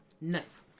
Nice